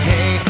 Hey